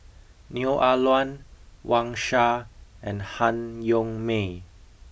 Neo Ah Luan Wang Sha and Han Yong May